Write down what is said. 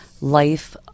life